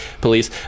police